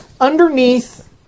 underneath